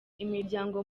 imiryango